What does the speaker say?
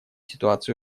ситуацию